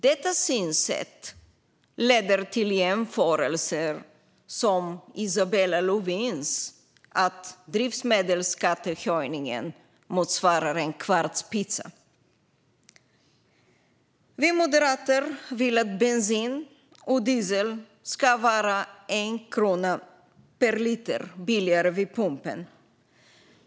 Detta synsätt leder till jämförelser som Isabella Lövins tal om att drivmedelsskattehöjningen motsvarar en kvarts pizza. Vi moderater vill att bensin och diesel ska vara en krona billigare per liter vid pumpen.